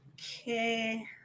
okay